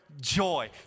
joy